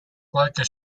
qualche